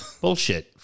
bullshit